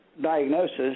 diagnosis